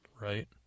right